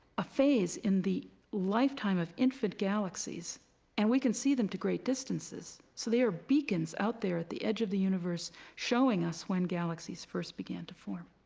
a phase in the lifetime of infant galaxies and we can see them to great distances. so they are beacons out there at the edge of the universe showing us when galaxies first began to form.